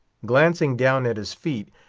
glancing down at his feet,